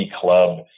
club